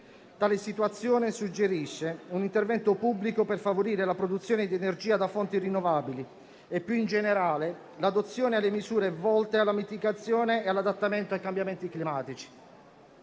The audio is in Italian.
Tale situazione suggerisce un intervento pubblico per favorire la produzione di energia da fonti rinnovabili e, più in generale, l'adozione di misure volte alla mitigazione e all'adattamento ai cambiamenti climatici.